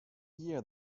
year